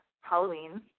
Halloween